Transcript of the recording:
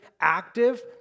active